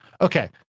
Okay